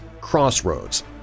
crossroads